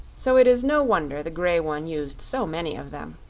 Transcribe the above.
so it is no wonder the grey one used so many of them.